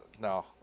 No